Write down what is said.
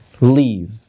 Leave